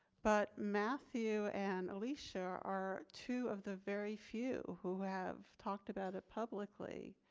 but matthew and alysia are two of the very few who have talked about it publicly.